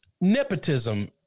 nepotism